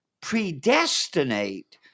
predestinate